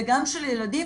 וגם של ילדים,